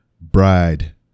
Bride